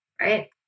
right